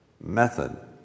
method